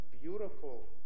beautiful